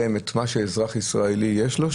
הם רוצים לקבל את מה שכל אזרח ישראלי מקבל.